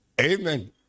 amen